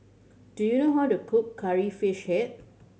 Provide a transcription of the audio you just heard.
do you know how to cook Curry Fish Head